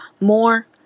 more